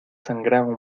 sangraba